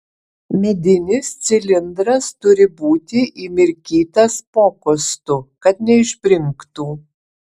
medinis cilindras turi būti įmirkytas pokostu kad neišbrinktų